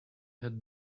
had